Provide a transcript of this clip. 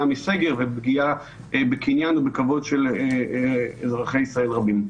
מסגר ומפגיעה בקניין ובכבוד של אזרחי ישראל רבים.